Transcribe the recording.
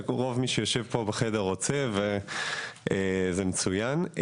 רוב מי שיושב פה בחדר רוצה וזה מצוין,